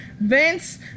Vince